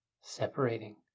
separating